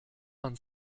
man